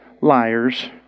liars